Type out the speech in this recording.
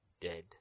dead